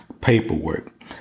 paperwork